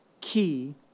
key